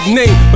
name